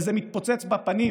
וזה מתפוצץ בפנים,